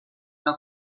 una